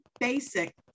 basic